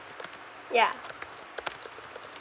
yeah